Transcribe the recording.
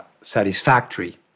satisfactory